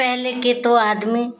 पहले के तो आदमी